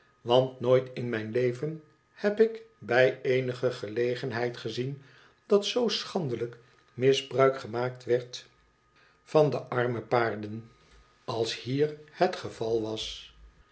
want nooit in mijn leven heb ik bij eenige gelegenheid gezien dat zoo schandelijk misbruik gemaakt werd van de arme paarden als hier het geval was